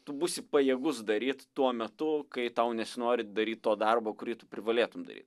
tu būsi pajėgus daryt tuo metu kai tau nesinori daryt to darbo kurį tu privalėtum daryt